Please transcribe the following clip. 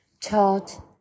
taught